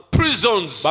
prisons